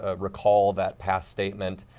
ah recall that past statement.